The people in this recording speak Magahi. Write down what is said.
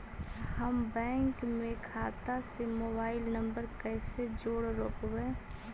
हम बैंक में खाता से मोबाईल नंबर कैसे जोड़ रोपबै?